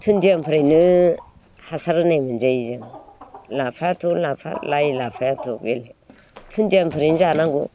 दुन्दियानिफ्रायनो हासार होनाय मोनजायो जों लाफायाथ' लाफा लाइ लाफाथ' दुनजियानिफ्रायनो जानांगौ